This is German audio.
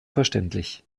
verständlich